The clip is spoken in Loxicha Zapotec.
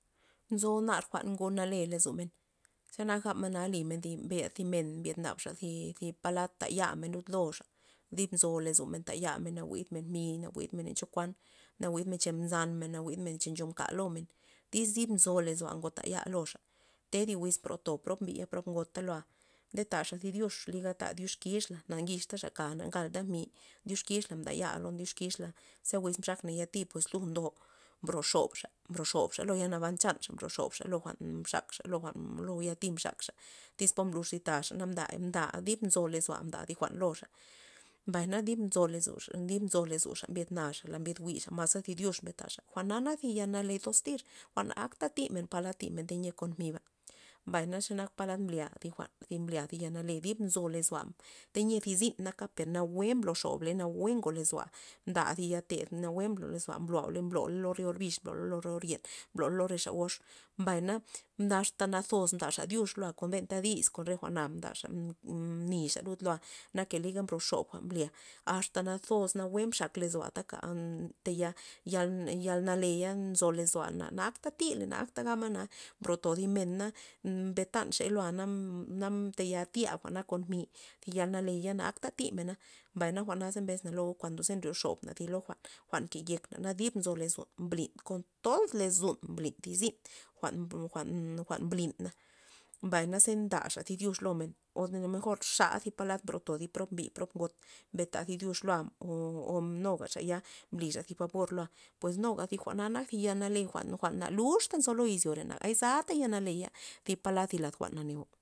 Nzo nar jwa'n ngonale lozomen, xenak na gabmen nlimen mbyed thi men byen nabxa thi- thi palad tayamen lud loxa dib nzomen tayamen na jwi'dmen mi' na jwi'dmen len chokuan na jwi'dmen cha mzanmen na najwi'dmen cha mchoka lomen, tyz dib nzo lozoa' jwa' ngotaya loxa nde thi wiz mbro rop prob men biy men gota loa' ndetaxa thi dyux liga ta dyuxkixla na ngixtaxa mka na ngalta mi' dyuxkixla mtaya lon dyuxkixla ze wiz mxakna yati pues lu ndo mbroxobxa- mbroxobxa lo yal naban yalnaban chanxa mbroxobxa lo jwa'n mxakxa lo jwa'n lo yati mxakxa tyz po mbluxthi taxa na mda dib lozoa mda jwa'n lozoa, mbay na dib nzo lozoa ndaxa dib nzo lozoa mbied naxa mbyed jwi'xa maa naze thi dyux mbyed tanxa jwa'na nak thi yanale toztir jwa'n na akta timen palad timen tayia kon miba mbay xenak mblya thi jwa'n mblya thi yanale dib nzoloa' tayia thi zin naka per nawue mblo xobla nawue ngo lozoa mda thi yated nawue mblo lozoa mblo mbloley lo re or bix mbloley lo re or yen bloley lo rexa gox, mbay na asta nazos mdaxa dyux kon benta dis kon re jwa'na mdaxa mm- mnixa lud loa ke liga ngoxob jwa'n mblya asta nazos nawue mxak lozoa tak tayial tayal naley a nzo lozoa' na akta tiley na ak gabna mbroto thi men na bentanxey loa na na- na tayia tya jwa'na kon mi' di yalneya na akta tymena mbay na jw'na za mbesna lo kuando ze nryoxobna loo thi jwa'n jwa'n yekekna dib nzo lozon mblin kon todod lozon mbli thi zyn jwa'n- jwa'n- jwa'n mblinna, mbay naze ndaxa thi diuxlomen o a lo xa thi palad mbroto thi prob mbi prob ngot mbienta thi diux lon loa' o nuga xaya mblixa thi fabor loa' pues nuga thi jwa'na nak thi yanel jwa'n- jwa'n naluxta nzo izyore iz na yezata yanaleyathi palad lad jwa'na neo'.